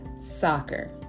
soccer